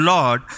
Lord